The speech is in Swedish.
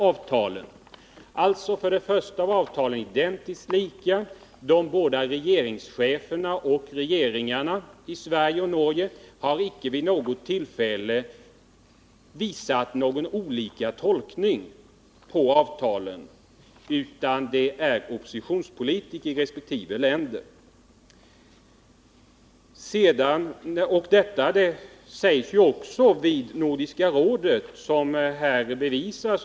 För det första kan man då säga att avtalen var identiskt lika, och för det andra hade de båda regeringscheferna och regeringarna i Sverige och Norge icke vid något tillfälle visat att de hade någon från den andra parten avvikande tolkning av avtalen. Det är alltså enbart oppositionspolitiker i resp. länder som trott sig finna olikheter. Detta framfördes också av oppositionspolitiker vid Nordiska rådet.